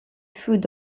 food